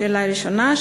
שאלה ראשונה.